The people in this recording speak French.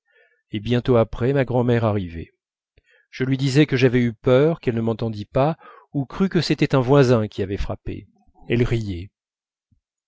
et bientôt après ma grand'mère arrivait je lui disais que j'avais eu peur qu'elle ne m'entendît pas ou crût que c'était un voisin qui avait frappé elle riait